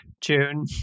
June